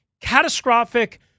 catastrophic